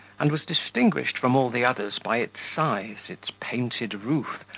and was distinguished from all the others by its size, its painted roof,